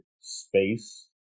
space